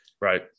Right